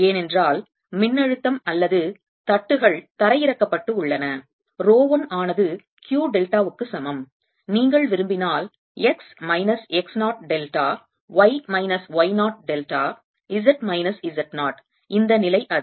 ஏனென்றால் மின்னழுத்தம் அல்லது தட்டுகள் தரையிறக்கப்பட்டு உள்ளன ரோ 1 ஆனது Q டெல்டாவுக்கு சமம் நீங்கள் விரும்பினால் x minus x 0 delta y minus y 0 delta z minus z 0 இந்த நிலை அது